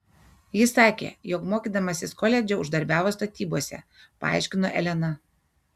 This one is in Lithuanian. jis sakė jog mokydamasis koledže uždarbiavo statybose paaiškino elena